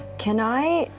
can i.